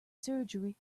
surgery